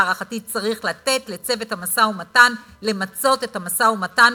להערכתי צריך לתת לצוות המשא-ומתן למצות את המשא-ומתן,